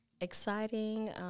exciting